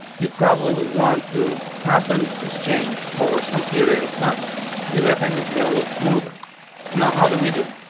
you probably would want to happen exchange over some period of time because i think it's gonna look smoother now. how do we do?